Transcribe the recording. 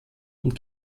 und